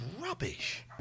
rubbish